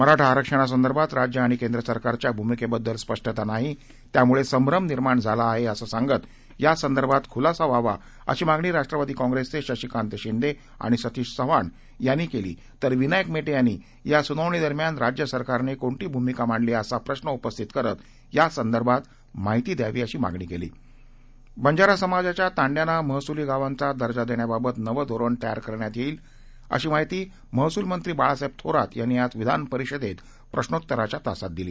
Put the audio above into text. मराठा आरक्षणासंदर्भात राज्य आणि केंद्र सरकारच्या भूमिके बद्दल स्पष्टता नाही त्यामुळे संभ्रम निर्माण झाला आहे असं सांगत यासंदर्भात खुलासा व्हावा अशी मागणी राष्ट्रवादी काँप्रेसचे शशिकांत शिंदे आणि सतीश चव्हाण यांनी केली तर विनायक मेटे यांनी या सुनावणी दरम्यान राज्य सरकारने कोणती भूमिका मांडली असा असा प्रश्न उपस्थित करत यासंदर्भात माहिती द्यावी अशी मागणी केली बंजारा समाजाच्या तांड्यांना महसुली गावांचा दर्जा देण्याबाबत नवं धोरण तयार करण्यात येईल अशी माहिती महसूलमंत्री बाळासाहेब थोरात यांनी आज विधानपरिषदेत प्रश्नोत्तराच्या तासात दिली